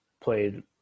played